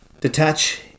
detach